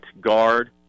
guard